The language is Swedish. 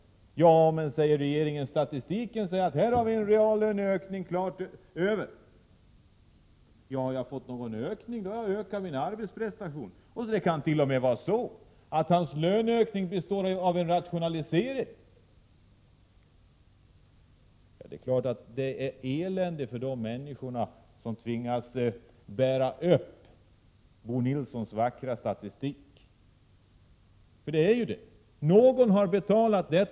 Ja men, säger regeringen, vi har enligt statistiken en reallöneökning. — Har jag fått någon ökning, säger många, är det av arbetsprestationen. Det kan t.o.m. vara så att det som ser ut som en löneökning egentligen består av rationaliseringar. Det är klart att det är ett elände för de människor som tvingas bära upp Bo Nilssons vackra statistik. Det är ju så — någon har betalat priset.